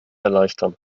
erleichtern